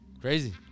Crazy